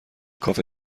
کافه